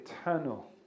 eternal